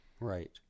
Right